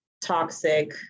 toxic